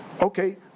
okay